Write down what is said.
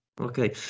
Okay